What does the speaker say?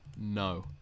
No